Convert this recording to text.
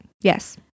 Yes